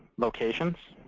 locations.